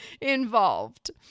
involved